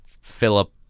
Philip